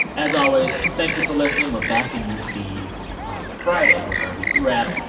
as always, thank you for listening. we're back in your feeds on friday with our weekly wrap.